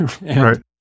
Right